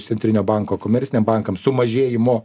centrinio banko komerciniam bankam sumažėjimo